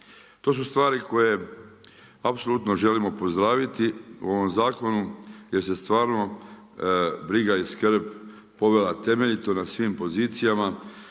To su stvari koje apsolutno želimo pozdraviti u ovom zakonu gdje se stvarno briga i skrb pogleda temeljito na svi pozicijama,